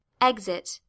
Exit